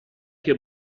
che